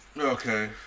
Okay